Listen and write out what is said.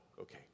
okay